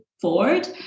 forward